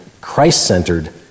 Christ-centered